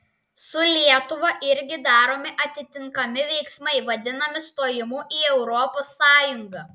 su lietuva irgi daromi atitinkami veiksmai vadinami stojimu į europos sąjungą